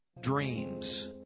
dreams